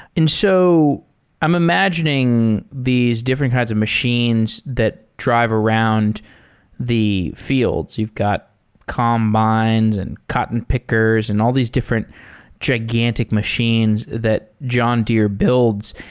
so i'm imagining these different kinds of machines that drive around the fi elds. you've got combines and cotton pickers and all these different gigantic machines that john deere builds.